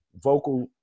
vocal